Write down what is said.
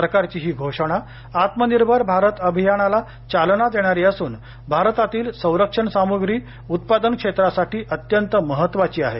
सरकारची ही घोषणा आत्मनिर्भर भारत अभियानाला चालना देणारी असून भारतातील संरक्षण सामुग्री उत्पादन क्षेत्रासाठी अत्यंत महत्त्वाची आहे